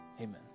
Amen